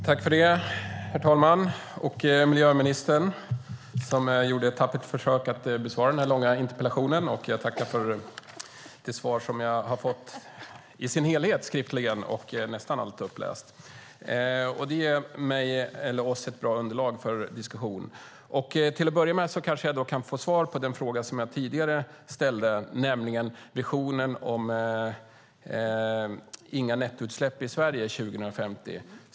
Herr talman! Jag tackar miljöministern, som gjorde ett tappert försök att besvara den långa interpellationen, för det svar som jag har fått skriftligen i sin helhet och nästan allt uppläst. Det ger oss ett bra underlag för diskussion. Till att börja med kanske jag kan få svar på den fråga som jag tidigare ställde, nämligen om visionen inga nettoutsläpp i Sverige 2050.